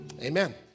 Amen